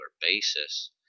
basis